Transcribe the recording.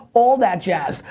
all that jazz.